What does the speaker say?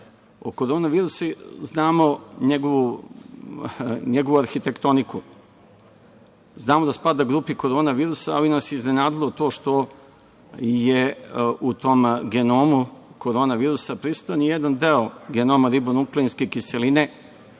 korona virusu znamo njegovu arhitektoniku. Znamo da spada u krupu korona virusa, ali nas je iznenadilo to što je u tom genomu korona virusa prisutan i jedan deo genoma ribonukleinske kiseline